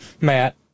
Matt